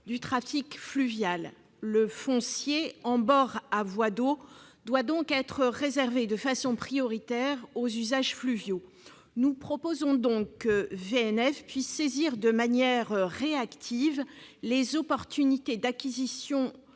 du trafic fluvial. Le foncier bord à voie d'eau doit donc être réservé, de façon prioritaire, aux usages fluviaux. Nous proposons donc que Voies navigables de France, ou VNF, puisse saisir de manière réactive les opportunités d'acquisition